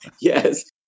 Yes